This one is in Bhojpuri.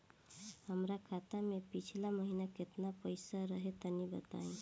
हमरा खाता मे पिछला महीना केतना पईसा रहे तनि बताई?